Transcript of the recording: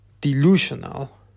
delusional